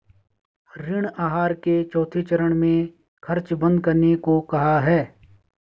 ऋण आहार के चौथे चरण में खर्च बंद करने को कहा है